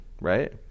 right